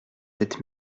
sept